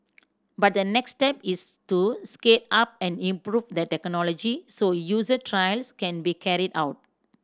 but the next step is to scale up and improve the technology so user trials can be carried out